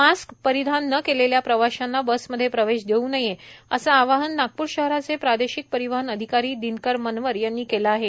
mask परिधान न केलेल्या प्रवाशांना बसमध्ये प्रवेश देऊ नये असं आवाहन नागप्र शहराचे प्रादेशिक परिवहन अधिकारी दिनकर मनवर यांनी केलं आहे